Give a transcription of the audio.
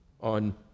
on